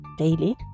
daily